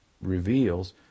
reveals